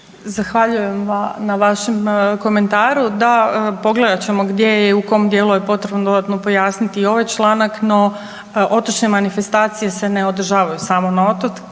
Zahvaljujem na vašem komentaru. Da, pogledat ćemo gdje je, u kom dijelu je potrebno dodatno pojasniti ovaj članak. No otočne manifestacije se ne održavaju samo na otocima.